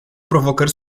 provocări